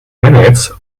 minutes